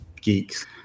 geeks